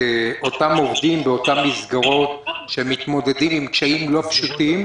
אותם עובדים באותן מסגרות שמתמודדים עם קשיים לא פשוטים,